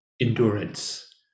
endurance